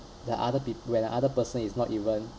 the other pe~ when the other person is not even